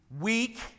weak